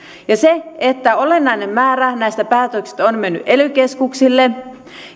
olennainen määrä näistä päätöksistä on mennyt ely keskuksille